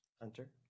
Hunter